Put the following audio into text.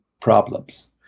problems